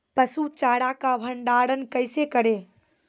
पसु चारा का भंडारण कैसे करें?